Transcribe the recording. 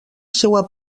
seua